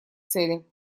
цели